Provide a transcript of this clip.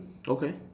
okay